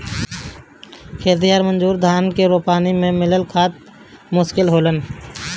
खेतिहर मजूर धान के रोपनी में मिलल मुश्किल होलन